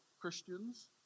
Christians